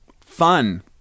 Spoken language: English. Fun